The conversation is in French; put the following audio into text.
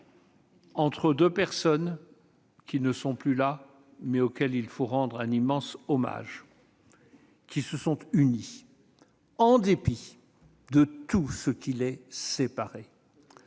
entre deux personnes qui ne sont plus là, mais auxquelles il faut rendre un immense hommage ; elles se sont unies en dépit de tout ce qui les séparait.